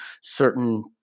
certain